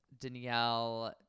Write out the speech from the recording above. Danielle